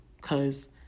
cause